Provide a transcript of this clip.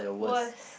worst